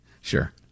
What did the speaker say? Sure